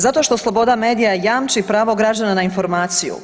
Zato što sloboda medija jamči pravo građana na informaciju.